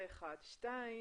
דבר שני,